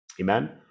Amen